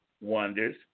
wonders